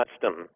custom